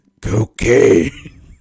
cocaine